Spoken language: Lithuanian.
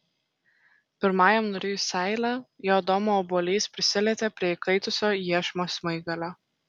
pirmajam nurijus seilę jo adomo obuolys prisilietė prie įkaitusio iešmo smaigalio